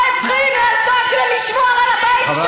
מה הם צריכים לעשות כדי לשמור על הבית שלך.